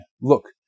Look